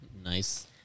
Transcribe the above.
Nice